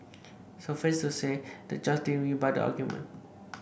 suffice to say the judge didn't really buy the argument